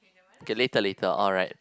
okay later later alright